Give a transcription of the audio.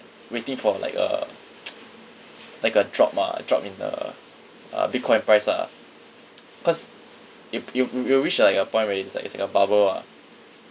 waiting for like a like a drop ah drop in the uh bitcoin price lah cause it it'll it'll reach like a point where it's like it's like a bubble ah